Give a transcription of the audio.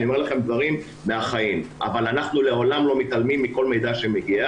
אני אומר לכם דברים מהחיים אבל אנחנו לעולם לא מתעלמים מכל מידע שמגיע,